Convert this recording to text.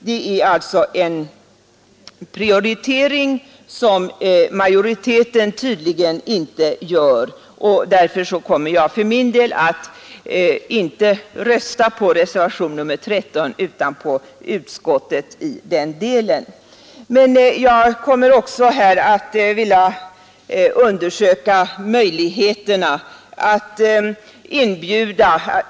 Det är en prioritering som majoriteten tydligen inte gör. Därför kommer jag alltså för min del att inte rösta för reservationen 13 utan för utskottets förslag i den delen.